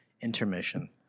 intermission